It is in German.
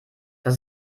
das